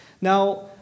Now